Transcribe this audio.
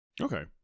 Okay